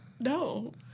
No